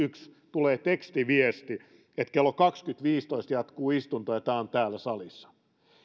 tulee tekstiviesti että kello kaksikymmentä viisitoista jatkuu istunto ja tämä on täällä salissa